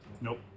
Nope